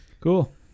Cool